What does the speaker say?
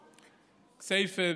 כסייפה,